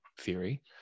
theory